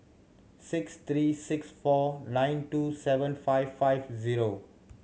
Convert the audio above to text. six three six four nine two seven five five zero